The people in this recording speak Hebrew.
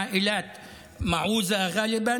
בדרך כלל משפחות נזקקות,